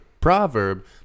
proverb